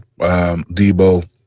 Debo